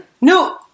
No